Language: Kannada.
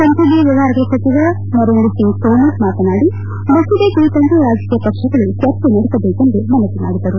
ಸಂಸದೀಯ ವ್ಯಮಪಾರಗಳ ಸಚಿವ ನರೇಂದ್ರಸಿಂಗ್ ತೋಮರ್ ಮಾತನಾಡಿ ಮಸೂದೆ ಕುರಿತಂತೆ ರಾಜಕೀಯ ಪಕ್ಷಗಳು ಚರ್ಚೆ ನಡೆಸಬೇಕೆಂದು ಮನವಿ ಮಾಡಿದರು